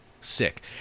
Sick